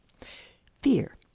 Fear